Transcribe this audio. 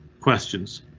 questions.